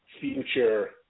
future –